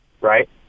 right